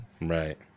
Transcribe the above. Right